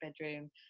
bedroom